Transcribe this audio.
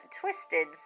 twisted